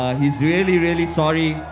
he's really, really sorry.